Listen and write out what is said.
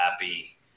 happy